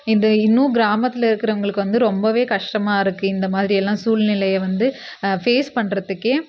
இந்த இன்னும் கிராமத்தில் இருக்கிறவங்களுக்கு வந்து ரொம்பவே கஷ்டமாக இருக்குது இந்த மாதிரி எல்லாம் சூழ்நிலையை வந்து ஃபேஸ் பண்ணுறதுக்கே